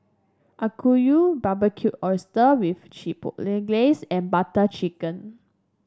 Okayu Barbecued Oyster with Chipotle Glaze and Butter Chicken